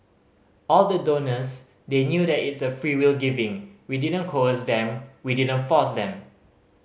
all the donors they knew that it's a freewill giving we didn't coerce them we didn't force them